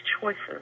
choices